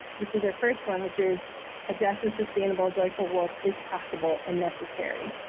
this is their first one, which is a just and sustainable joyful world is possible and necessary.